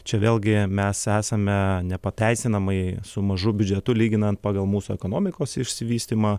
čia vėlgi mes esame nepateisinamai su mažu biudžetu lyginant pagal mūsų ekonomikos išsivystymą